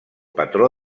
patró